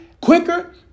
quicker